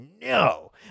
no